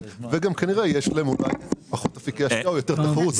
וגם כנראה יש להם פחות אפיקי השקעה ויותר תחרות.